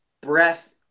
breath